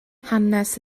hanes